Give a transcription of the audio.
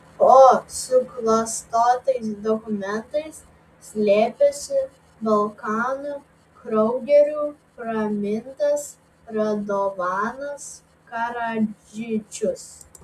po suklastotais dokumentais slėpėsi balkanų kraugeriu pramintas radovanas karadžičius